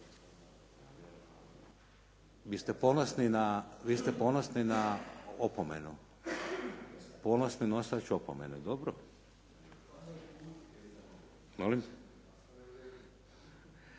Vi ste ponosni na opomenu, ponosni nosač opomene. Dobro.